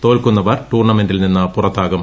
തോൽക്കുന്നവർ ടൂർണമെന്റിൽ നിന്ന് പുറത്താകും